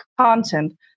content